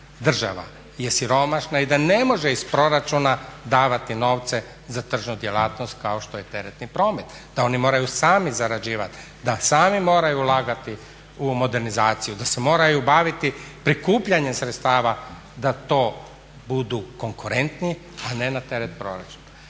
država je siromašna i da ne može iz proračuna davati novce za tržnu djelatnost kao što je teretni promet, da oni moraju sami zarađivati, da sami moraju ulagati u modernizaciju, da se moraju baviti prikupljanjem sredstava da to budu konkurentniji, a ne na teret proračuna.